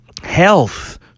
health